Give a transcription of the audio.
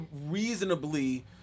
reasonably